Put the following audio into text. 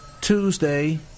Tuesday